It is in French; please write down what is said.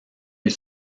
ils